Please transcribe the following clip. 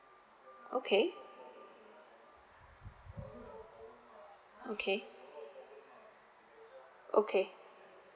okay okay okay